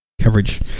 coverage